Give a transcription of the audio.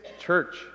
church